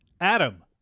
Adam